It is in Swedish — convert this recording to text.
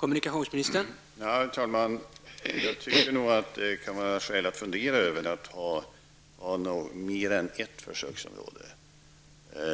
Herr talman! Jag tycker att det kan finnas skäl att fundera över att ha mer än ett försöksområde.